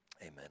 Amen